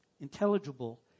intelligible